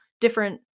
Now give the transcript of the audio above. different